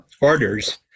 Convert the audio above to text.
orders